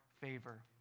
favor